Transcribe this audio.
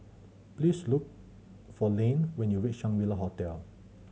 please look for Layne when you reach Shangri La Hotel